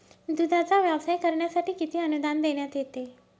दूधाचा व्यवसाय करण्यासाठी किती अनुदान देण्यात येते?